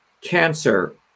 cancer